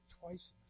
twice